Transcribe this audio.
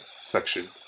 section